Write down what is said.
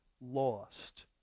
lost